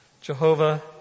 Jehovah